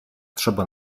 trzeba